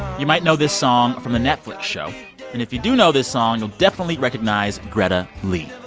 you might know this song from the netflix show. and if you do know this song, you'll definitely recognize greta lee